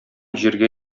җиргә